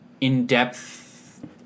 in-depth